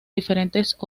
diferentes